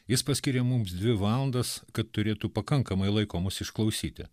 jis paskyrė mums dvi valandas kad turėtų pakankamai laiko mus išklausyti